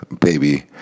baby